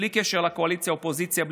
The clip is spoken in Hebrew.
בלי קשר לקואליציה אופוזיציה,